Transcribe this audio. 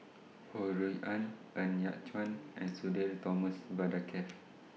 Ho Rui An Ng Yat Chuan and Sudhir Thomas Vadaketh